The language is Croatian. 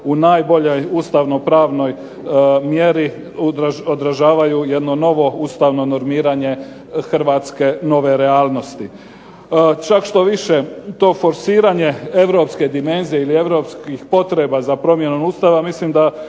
u najboljoj ustavno-pravnoj mjeri, odražavaju jedno novo ustavno normiranje Hrvatske nove realnosti. Čak štoviše, to forsiranje europske dimenzije ili europskih potreba za promjenom Ustava mislim da